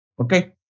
Okay